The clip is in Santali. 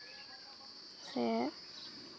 ᱥᱮ